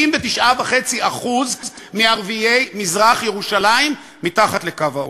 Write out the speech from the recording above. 79.5% מערביי מזרח-ירושלים מתחת לקו העוני.